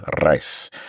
rice